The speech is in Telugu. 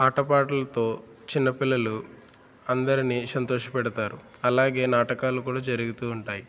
ఆటపాటలతో చిన్నపిల్లలు అందరిని సంతోషపెడతారు అలాగే నాటకాలు కూడా జరుగుతూ ఉంటాయి